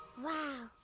wow.